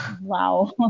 Wow